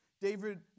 David